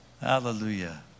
Hallelujah